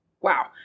Wow